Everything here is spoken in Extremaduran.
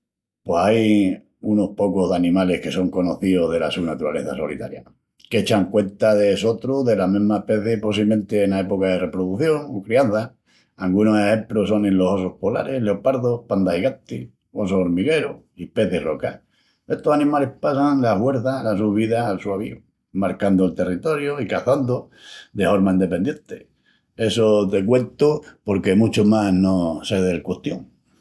Pos ain unus pocus d'animalis que son conocíus dela su naturaleza solitaria, qu'echan cuenta de sotrus dela mesma aspeci, possimenti ena epoca de reprodución o criança. Angunus exemprus sonin los ossus polaris, leopardus, pandas gigantis, ossus ormiguerus, i pecis roca. Estus animalis passan la huerça las sus vidas al su avíu, marcandu'l territoriu i caçandu de horma endependienti. Essu te cuentu porque muchu más no sé dela custión.